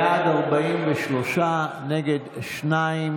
בעד, 43, נגד, שניים,